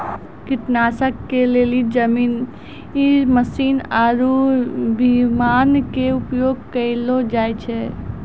कीटनाशक के लेली जमीनी मशीन आरु विमान के उपयोग कयलो जाय छै